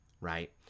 right